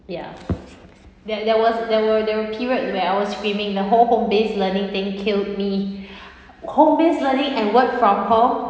ya there there was there were there were period where I was screaming the whole home-based learning thing killed me home-based learning and work from home